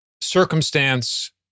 circumstance